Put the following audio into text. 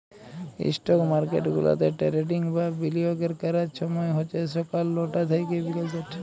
stock market গুলাতে trading বা বিলিয়গের ক্যরার ছময় হছে ছকাল লটা থ্যাইকে বিকাল চারটা